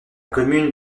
commune